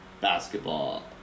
basketball